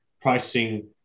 pricing